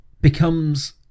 becomes